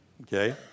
okay